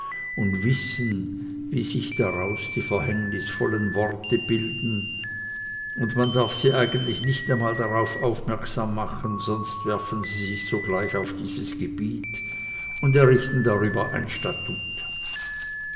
und wissen wie sich daraus die verhängnisvollen worte bilden und man darf sie eigentlich nicht einmal darauf aufmerksam machen sonst werfen sie sich sogleich auf dieses gebiet und errichten darüber ein